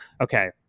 Okay